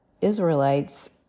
Israelites